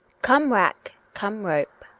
come rack! come rope!